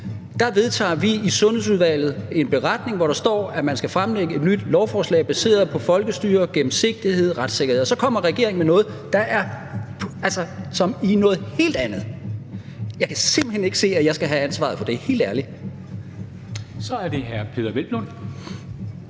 regeringen i Sundhedsudvalget en beretning, hvor der står, at man skal fremsætte et nyt lovforslag baseret på folkestyre, gennemsigtighed og retssikkerhed, og så kommer regeringen med noget, der er noget helt andet. Jeg kan simpelt hen ikke se, at jeg skal have ansvaret for det, helt ærligt. Kl.